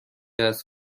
است